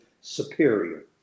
superior